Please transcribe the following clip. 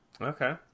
Okay